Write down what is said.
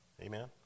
Amen